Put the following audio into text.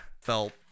felt